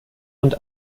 und